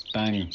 bang,